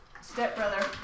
Stepbrother